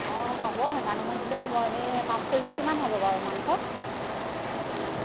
অঁ হ'ব সিমান সময়ত দিলেও হ'ব এনেই পাঁচ কেজিত কিমান হ'ব বাৰু মাংস